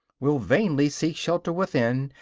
will vainly seek shelter within,